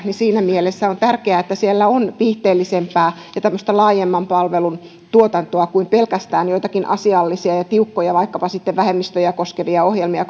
niin siinä mielessä on tärkeää että siellä on viihteellisempää ja laajemman palvelun tuotantoa kuin pelkästään joitakin asiallisia ja tiukkoja vaikkapa sitten vähemmistöjä koskevia ohjelmia